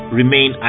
remain